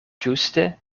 ĝuste